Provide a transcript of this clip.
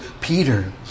Peter